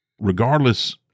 Regardless